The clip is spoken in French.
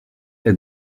est